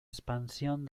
expansión